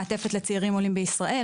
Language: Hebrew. מעטפת לצעירים עולים בישראל,